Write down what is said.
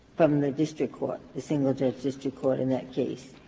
from the district court, the single-judge district court in that case?